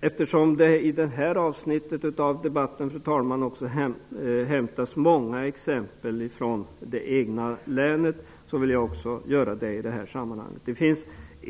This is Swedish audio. Eftersom det i detta avsnitt av debatten, fru talman, hämtas många exempel från de egna länen, vill också jag göra det i detta sammanhang.